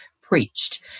preached